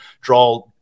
draw